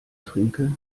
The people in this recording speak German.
trinke